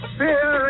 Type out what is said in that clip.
fear